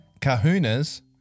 kahunas